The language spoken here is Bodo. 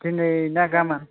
दिनै ना गाबोन